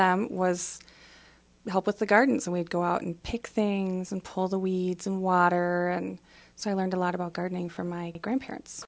them was to help with the gardens and we'd go out and pick things and pull the wee some water and so i learned a lot about gardening from my grandparents